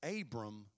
Abram